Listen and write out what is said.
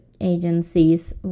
agencies